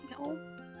No